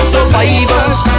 Survivors